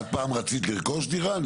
את פעם רצית לרכוש דירה?